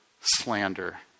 slander